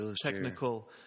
technical